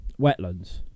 wetlands